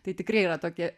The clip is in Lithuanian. tai tikrai yra tokie